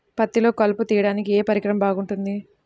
పత్తిలో కలుపు తీయడానికి ఏ పరికరం బాగుంటుంది?